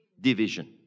Division